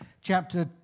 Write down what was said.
chapter